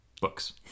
Books